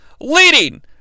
leading